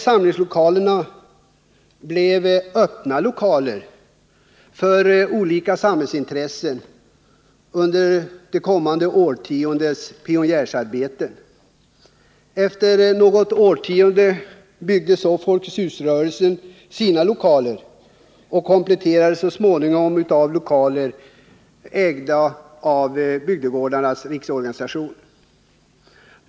Samlingslokalerna blev öppna lokaler för olika samhällsintressen under de kommande årtiondenas pionjärarbete. Efter något årtionde byggde så Folkets hus-rörelsen sina lokaler, och det hela kompletterades så småningom av Bygdegårdarnas riksorganisation.